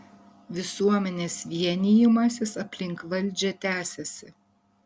visuomenės vienijimasis aplink valdžią tęsiasi